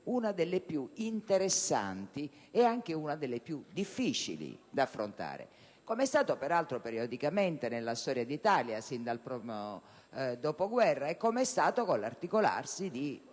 una delle più interessanti e anche una delle più difficili da affrontare, come è stato peraltro periodicamente nella storia d'Italia sin dal primo dopoguerra e come è stato con l'articolarsi di